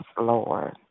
Lord